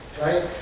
right